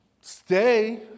stay